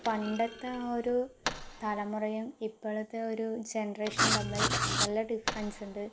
പണ്ടത്തെ ആ ഒരു തലമുറയും ഇപ്പോഴത്തെ ആ ഒരു ജനറേഷനും തമ്മിൽ നല്ല ഡിഫറൻസ് ഉണ്ട്